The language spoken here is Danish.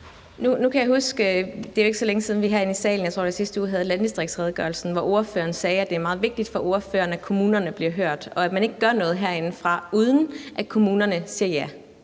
i sidste uge – vi herinde i salen havde landdistriktsredegørelsen, hvor ordføreren sagde, at det er meget vigtigt for ordføreren, at kommunerne bliver hørt, og at man ikke gør noget herindefra, uden at kommunerne siger ja.